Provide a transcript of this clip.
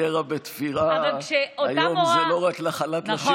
שקריירה בתפירה היום היא לא רק נחלת נשים,